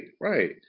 right